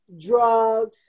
drugs